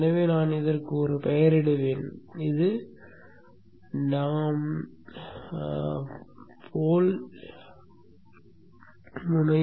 எனவே நான் இதற்கு ஒரு பெயரிடுவேன் இது நமது போல் முனை